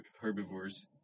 herbivores